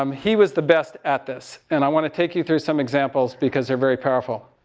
um he was the best at this. and i want to take you through some examples, because they're very powerful.